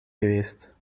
geweest